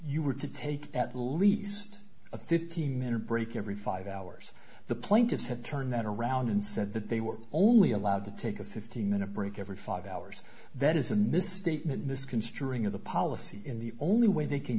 you were to take at least a fifteen minute break every five hours the plaintiffs had turned that around and said that they were only allowed to take a fifteen minute break every five hours that is a misstatement misconstruing of the policy in the only way they can